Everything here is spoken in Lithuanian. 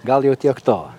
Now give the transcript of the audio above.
gal jau tiek to